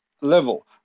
level